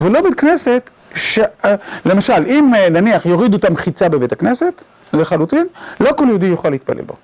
ולא בית כנסת, למשל אם נניח יורידו את המחיצה בבית הכנסת לחלוטין, לא כל יהודי יוכל להתפלל בו.